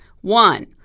One